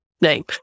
name